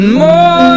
more